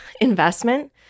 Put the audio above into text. investment